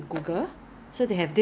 ya so 你可以